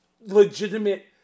legitimate